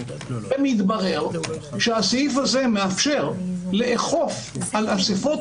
ומתברר שהסעיף הזה מאפשר לאכוף על אסיפות